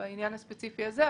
בעניין הספציפי הזה,